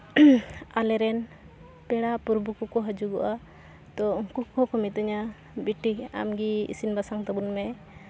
ᱟᱞᱮ ᱨᱮᱱ ᱯᱮᱲᱟ ᱯᱨᱚᱵᱷᱩ ᱠᱚᱠᱚ ᱦᱤᱡᱩᱜᱚᱜᱼᱟ ᱛᱳ ᱩᱱᱠᱩ ᱠᱚᱦᱚᱸ ᱠᱚ ᱢᱤᱛᱟᱹᱧᱟ ᱵᱤᱴᱤ ᱟᱢᱜᱮ ᱤᱥᱤᱱ ᱵᱟᱥᱟᱝ ᱛᱟᱵᱚᱱ ᱢᱮ